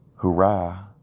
Hurrah